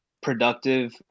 productive